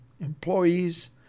employees